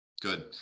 Good